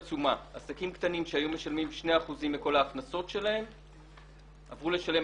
סעיף (ב) אומר שאין בסעיף (א) כדי לגרוע